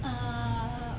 err